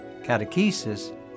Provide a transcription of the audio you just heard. catechesis